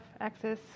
access